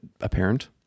apparent